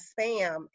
Spam